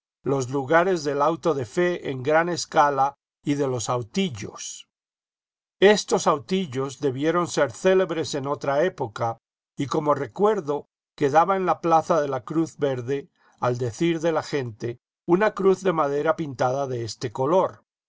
los lugares del auto de fe en gran escala y de los autillos estos autillos debieron ser célebres en otra época y como recuerdo quedaba en la plaza de la cruz verde al decir de la gente una cruz de madera pintada de este color